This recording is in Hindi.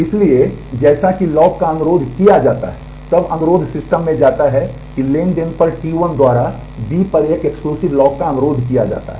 इसलिए जैसा कि लॉक का अनुरोध किया जाता है तब अनुरोध सिस्टम में जाता है कि ट्रांज़ैक्शन पर T1 द्वारा बी पर एक एक्सक्लूसिव लॉक का अनुरोध किया जाता है